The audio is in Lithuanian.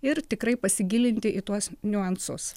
ir tikrai pasigilinti į tuos niuansus